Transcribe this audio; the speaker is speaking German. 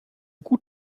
gut